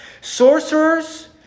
sorcerers